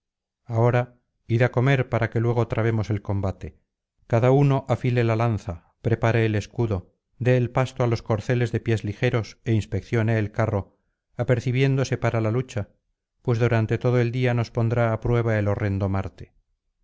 ahora id á comer para que luego trabemos el combate cada uno afile la lanza prepare el escudo dé el pasto álos corceles de pies ligeros é inspeccione el carro apercibiéndose para la lucha pues durante todo el día nos pondrá á prueba el horrendo marte